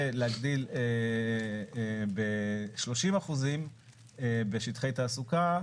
ולהגדיל ב 30% בשטחי תעסוקה,